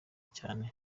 cyane